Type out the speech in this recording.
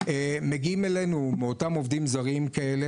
מגיעים אלינו מאותם עובדים זרים כאלה,